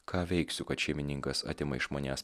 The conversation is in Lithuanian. ką veiksiu kad šeimininkas atima iš manęs